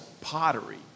pottery